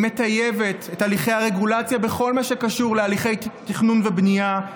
היא מטייבת את הליכי הרגולציה בכל מה שקשור להליכי תכנון ובנייה,